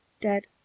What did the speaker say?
dead